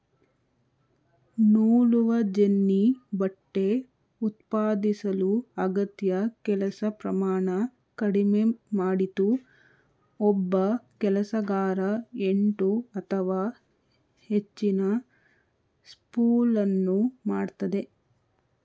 ನೂಲುವಜೆನ್ನಿ ಬಟ್ಟೆ ಉತ್ಪಾದಿಸಲು ಅಗತ್ಯ ಕೆಲಸ ಪ್ರಮಾಣ ಕಡಿಮೆ ಮಾಡಿತು ಒಬ್ಬ ಕೆಲಸಗಾರ ಎಂಟು ಅಥವಾ ಹೆಚ್ಚಿನ ಸ್ಪೂಲನ್ನು ಮಾಡ್ತದೆ